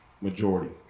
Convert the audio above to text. majority